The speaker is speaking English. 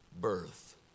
birth